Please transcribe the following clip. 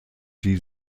sie